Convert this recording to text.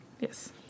Yes